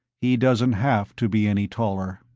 he doesn't have to be any taller.